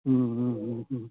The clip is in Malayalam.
മ്മ് മ്മ് മ്മ് മ്മ്